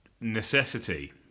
necessity